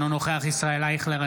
אינו נוכח ישראל אייכלר,